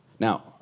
Now